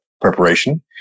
preparation